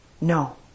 No